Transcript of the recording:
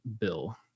bill